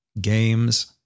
games